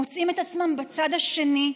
מוצאים את עצמם פתאום בצד השני,